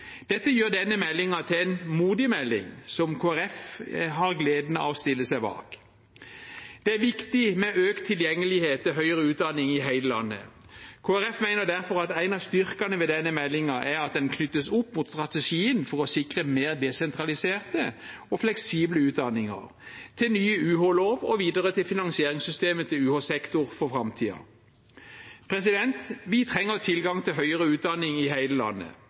Dette gjør denne meldingen til en modig melding som Kristelig Folkeparti har gleden av å stille seg bak. Det er viktig med økt tilgjengelighet til høyere utdanning i hele landet. Kristelig Folkeparti mener derfor at en av styrkene ved denne meldingen er at den knyttes opp mot strategien for å sikre mer desentraliserte og fleksible utdanninger – til ny universitets- og høyskolelov, og videre til finansieringssystemet til UH-sektoren for framtiden. Vi trenger tilgang til høyere utdanning i hele landet.